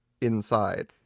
inside